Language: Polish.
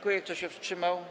Kto się wstrzymał?